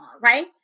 right